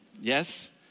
Yes